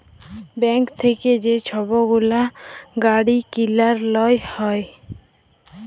bank থ্যাইকে যে ছব গুলা গাড়ি কিলার লল হ্যয়